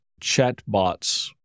chatbots